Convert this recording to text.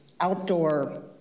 outdoor